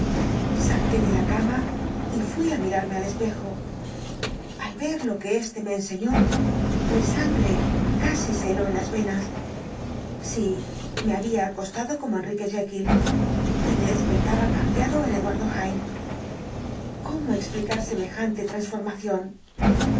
salté de la cama y fui á mirarme al espejo al ver lo que éste me enseñó mi sangre casi se heló en las venas sí me había acostado como enrique jekyll y me despertaba cambiado en eduardo hyde cómo explicar semejante transformación